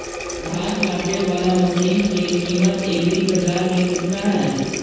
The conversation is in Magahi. धान काटे बाला मशिन के किमत एग्रीबाजार मे कितना है?